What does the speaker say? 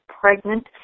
pregnant